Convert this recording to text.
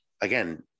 again